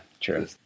true